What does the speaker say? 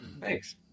thanks